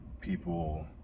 people